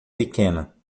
pequena